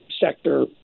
sector